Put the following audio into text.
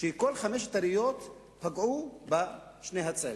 וכל חמש היריות פגעו בשני הצעירים.